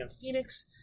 Phoenix